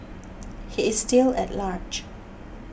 he is still at large